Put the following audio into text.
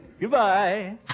Goodbye